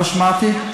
לא שמעתי.